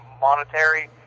monetary